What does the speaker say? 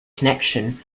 connection